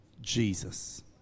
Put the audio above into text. Jesus